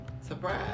Surprise